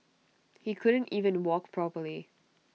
he couldn't even walk properly